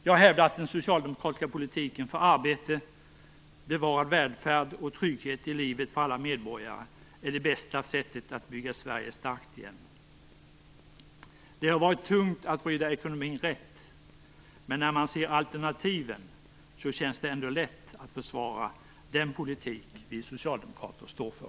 Jag hävdar att den socialdemokratiska politiken för arbete, bevarad välfärd och trygghet i livet för alla medborgare är det bästa sättet att bygga Sverige starkt igen. Det har varit tungt att vrida ekonomin rätt, men när man ser alternativen känns det ändå lätt att försvara den politik vi socialdemokrater står för.